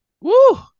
Woo